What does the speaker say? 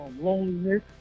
loneliness